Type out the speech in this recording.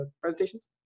presentations